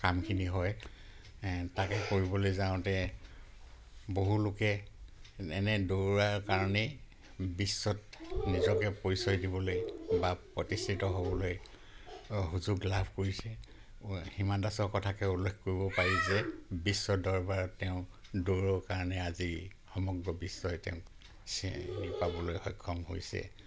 কামখিনি হয় তাকে কৰিবলৈ যাওঁতে বহু লোকে এনে দৌৰাৰ কাৰণেই বিশ্বত নিজকে পৰিচয় দিবলৈ বা প্ৰতিষ্ঠিত হ'বলৈ সুযোগ লাভ কৰিছে হিমা দাসৰ কথাকে উল্লেখ কৰিব পাৰি যে বিশ্বৰ দৰবাৰত তেওঁ দৌৰৰ কাৰণে আজি সমগ্ৰ বিশ্বই তেওঁক চিনি পাবলৈ সক্ষম হৈছে